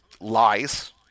lies